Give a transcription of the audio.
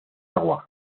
agua